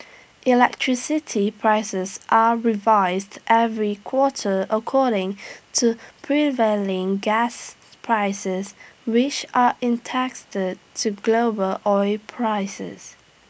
electricity prices are revised every quarter according to prevailing gas prices which are in taxed to global oil prices